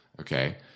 okay